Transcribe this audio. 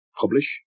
publish